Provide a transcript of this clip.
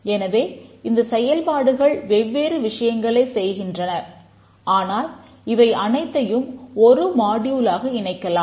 எனவே இந்த செயல்பாடுகள் வெவ்வேறு விஷயங்களை செய்கின்றன ஆனால் இவை அனைத்தையும் ஒரு மாடியூலாக இணைக்கலாம்